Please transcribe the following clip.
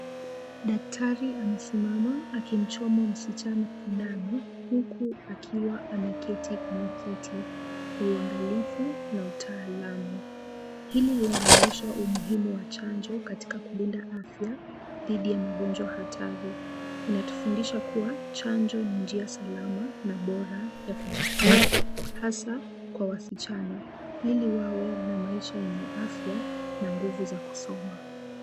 Daktari amesimama akimchoma msichana sindano huku akiwa ameketi kwenye kiti, kwa uangalifu na utaalamu. Hili inaonyesha umuhimu wa chanjo katika kulinda afya dhidi ya magonjwa hatari. Inatufundisha kuwa, chanjo ni njia salama na bora ya kujikinga, haswa kwa wasichana ili wawe na maisha yenye afya na nguvu za kusoma.